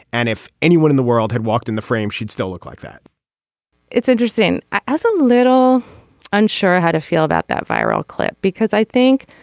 and if anyone in the world had walked in the frame she'd still look like that it's interesting. i was a little unsure how to feel about that viral clip because i think